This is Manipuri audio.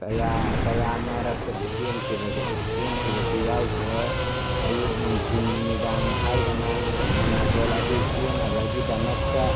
ꯀꯌꯥ ꯀꯌꯥ ꯃꯔꯛꯇꯁꯨ ꯆꯦꯟꯈꯤꯕꯁꯨ ꯌꯥꯎꯈ꯭ꯔꯦ ꯑꯌꯨꯛ ꯅꯨꯡꯊꯤꯜ ꯅꯨꯃꯤꯗꯥꯡ ꯈꯥꯏꯗꯅ ꯃꯔꯥꯊꯣꯟ ꯑꯗꯨ ꯆꯦꯟꯅꯕꯒꯤꯗꯃꯛꯇ